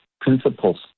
principles